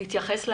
להתייחס לנהלים?